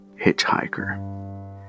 Hitchhiker